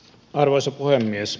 arvoisa puhemies